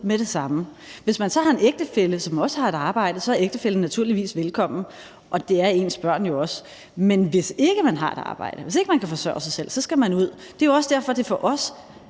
med det samme. Hvis man så har en ægtefælle, som også har et arbejde, er ægtefællen naturligvis velkommen, og det er børnene også. Men hvis man ikke har et arbejde og ikke kan forsørge sig selv, skal man ud. Det er også derfor, at det for os